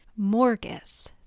Morgus